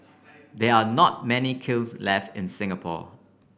there are not many kilns left in Singapore